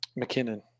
McKinnon